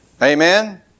Amen